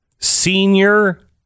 senior